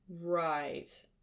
Right